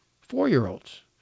four-year-olds